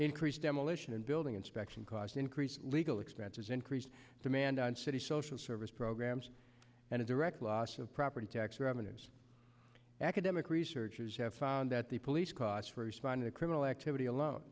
increased demolition and building inspection caused increase legal expenses increased demand on city social service programs and a direct loss of property tax revenues academic researchers have found that the police cause for responding to criminal activity alone